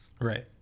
Right